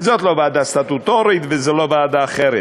זאת לא ועדה סטטוטורית וזו לא ועדה אחרת.